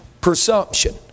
Presumption